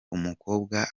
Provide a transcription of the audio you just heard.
umukobwa